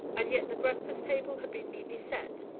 and yet the breakfast-table had been neatly set,